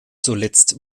zuletzt